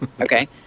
okay